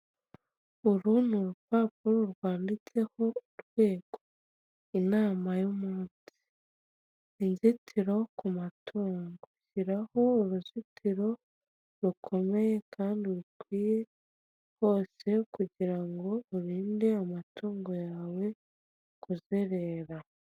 Uru ni urupapuro rwanditseho urweho, inama y'umunsi, inzitiro ku matungo, shyiraho uruzitiro rukomeye kandi rukwiye hose kugirango urinde amatungo yawe kuzerera.